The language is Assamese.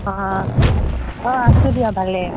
অঁ অঁ আছো দিয়া ভালে